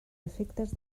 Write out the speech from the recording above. efectes